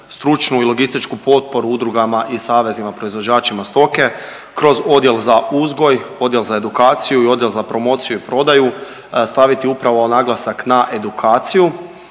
stručnu i logističku potporu udrugama i savezima proizvođačima stoke, kroz odjel za uzgoj, odjel za edukaciju i odjel za promociju i prodaju staviti upravo naglasak na edukaciju